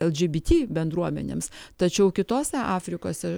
el dži by ty bendruomenėms tačiau kitose afrikose